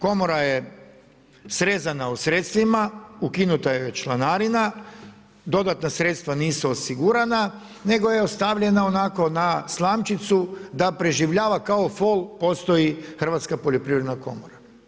Komora je srezana u sredstvima, ukinuta joj je članarina, dodatna sredstva nisu osigurana, nego je ostavljena onako na slamčicu da preživljava kao fol postoji Hrvatska poljoprivredna komora.